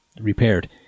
repaired